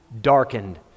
darkened